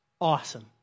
awesome